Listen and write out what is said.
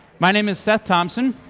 my name is seth thompson,